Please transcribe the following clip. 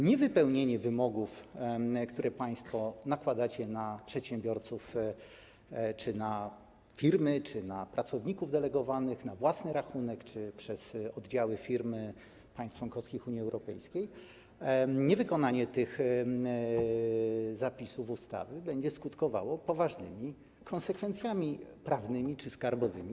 Niewypełnienie wymogów, które państwo nakładacie na przedsiębiorców, na firmy czy na pracowników delegowanych na własny rachunek czy przez oddziały, firmy państw członkowskich Unii Europejskiej, niewykonanie tych zapisów ustawy będzie skutkowało poważnymi konsekwencjami prawnymi czy skarbowymi.